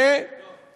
על האלימות.